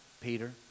Peter